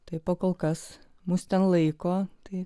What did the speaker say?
tai pakolkas mus ten laiko tai